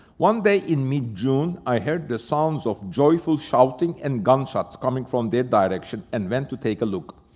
one day in mid-june, i heard the sounds of joyful shouting and gunshots coming from their direction and went to take a look.